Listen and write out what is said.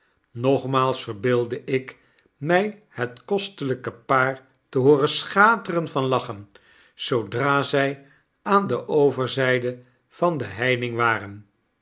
nogmaals verbeeldde ik my het kostelyke paar te hooren schateren van lachen zoodra zy aan de overzijde van de heining waren